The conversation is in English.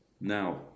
now